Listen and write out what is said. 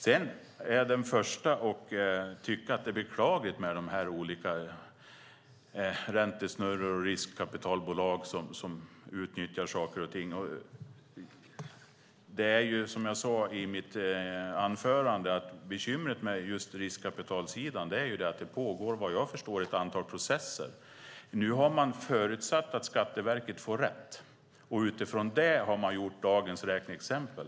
Jag är den förste att tycka att det är beklagligt med de olika räntesnurrorna och riskkapitalbolagen som utnyttjar saker och ting. Som jag sade i mitt anförande är bekymret med riskkapitalsidan vad jag förstår att det pågår ett antal processer. Nu har man förutsatt att Skatteverket får rätt, och utifrån det har man gjort dagens räkneexempel.